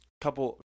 couple